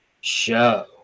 Show